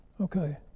okay